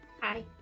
Hi